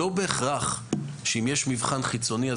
זה לא בהכרח שאם יש מבחן חיצוני,